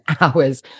hours